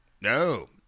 No